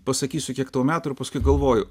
pasakysiu kiek tau metų ir paskui galvoju